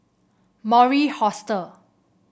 Mori Hostel